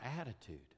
attitude